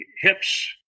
hips